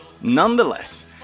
Nonetheless